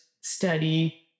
study